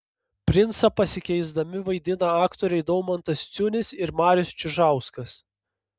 princą pasikeisdami vaidina aktoriai daumantas ciunis ir marius čižauskas